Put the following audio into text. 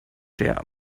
der